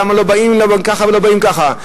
למה לא באים ככה ולא באים ככה?